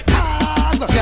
Cause